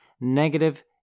negative